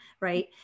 right